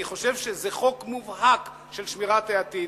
אני חושב שזה חוק מובהק של שמירת העתיד,